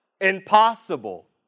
impossible